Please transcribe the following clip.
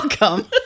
welcome